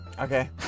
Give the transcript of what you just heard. Okay